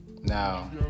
now